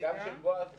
וגם של בועז טופורובסקי,